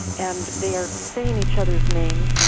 and they are saying each other's names. and